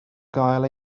gael